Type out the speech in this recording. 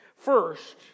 First